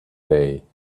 day